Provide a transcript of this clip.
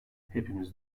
hepimiz